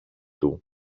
του